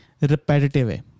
repetitive